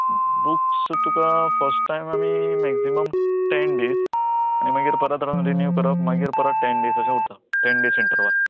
books तुका first time आनी maximum ten days आनी मागीर परत रावन रिन्हीव करप मागीर परत टेन डेज अशें उरता टेन डेस इंटरव्हाल